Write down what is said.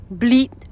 bleed